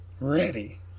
Ready